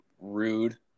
rude